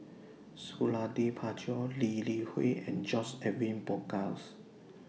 Suradi Parjo Lee Li Hui and George Edwin Bogaars